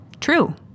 True